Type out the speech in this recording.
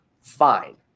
fine